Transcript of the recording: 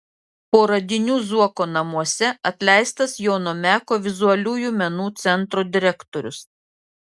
po radinių zuoko namuose atleistas jono meko vizualiųjų menų centro direktorius